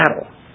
battle